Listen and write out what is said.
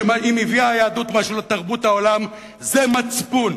שאם הביאה היהדות משהו לתרבות העולם זה מצפון.